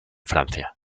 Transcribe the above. francia